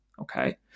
Okay